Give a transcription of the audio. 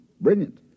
Brilliant